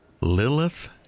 Lilith